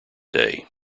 day